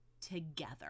together